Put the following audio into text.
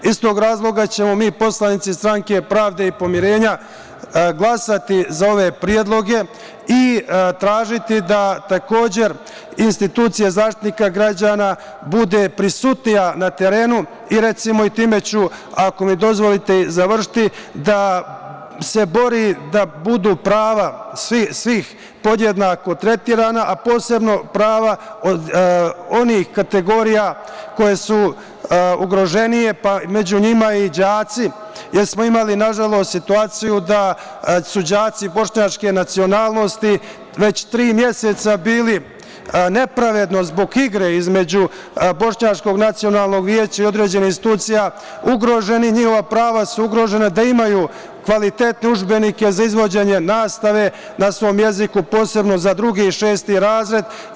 Iz tog razloga ćemo mi poslanici Stranke pravde i pomirenja glasati za ove predloge i tražiti da, takođe, institucija Zaštitnika građana bude prisutnija na terenu i recimo, i time ću ako mi dozvolite završiti, da se bori da budu prava svih podjednako tretirana, a posebno prava onih kategorija koje su ugroženije, pa među njima i đaci, jer smo imali situaciju, nažalost, da su đaci Bošnjačke nacionalnosti, već tri meseca bili nepravedno zbog igre između Bošnjačkog nacionalnog veća i određenih institucija ugrožena njihova prava, da imaju kvalitetnije udžbenike za izvođenje nastave na svom jeziku, posebno za drugi i šesti razred.